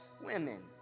women